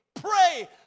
Pray